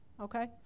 Okay